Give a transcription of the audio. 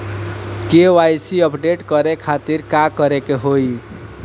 KYC update करे के खातिर का करे के होई?